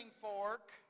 fork